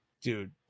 dude